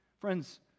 Friends